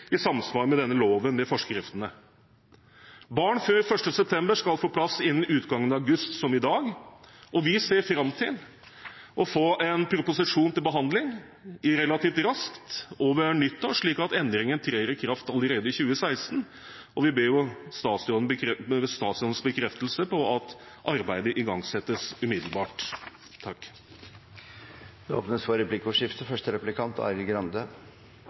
i samsvar med denne loven med forskrifter. Barn født før 1. september skal få plass innen utgangen av august, som i dag, og vi ser fram til å få en proposisjon til behandling relativt raskt over nyttår, slik at endringen trer i kraft allerede i 2016. Vi ber om statsrådens bekreftelse om at arbeidet igangsettes umiddelbart. Det åpnes for replikkordskifte.